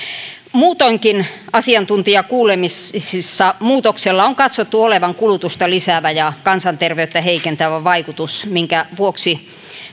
muutoinkin asiantuntijakuulemisissa muutoksella on katsottu olevan kulutusta lisäävä ja kansanterveyttä heikentävä vaikutus minkä vuoksi